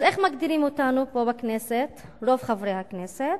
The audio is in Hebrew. אז איך מגדירים אותנו פה בכנסת, רוב חברי הכנסת?